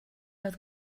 oedd